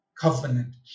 covenant